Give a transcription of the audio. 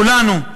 כולנו,